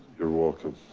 you're welcome.